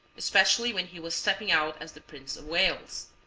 especially when he was stepping out as the prince of wales.